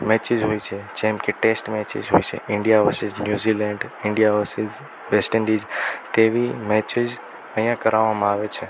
matches હોય છે જેમ કે ટેસ્ટ મેચીસ હોય India versus New Zealand India versus West Indies તેવી મેચીસ અહિયા કરાવામાં આવે છે